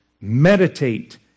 meditate